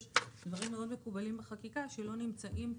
יש דברים מאוד מקובלים בחקיקה שלא נמצאים פה,